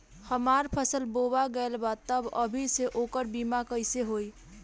हमार फसल बोवा गएल बा तब अभी से ओकर बीमा कइसे होई?